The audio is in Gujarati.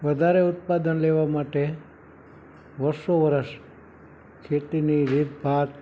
વધારે ઉત્પાદન લેવા માટે વર્ષો વર્ષ ખેતીની રીતભાત